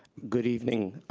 good evening.